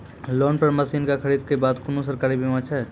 Loan पर मसीनऽक खरीद के बाद कुनू सरकारी बीमा छै?